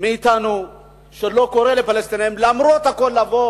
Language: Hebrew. מאתנו לא קורא לפלסטינים למרות הכול לבוא